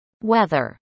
weather